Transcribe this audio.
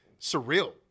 surreal